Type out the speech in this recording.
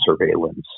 surveillance